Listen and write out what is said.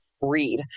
read